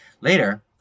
Later